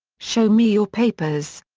show me your papers!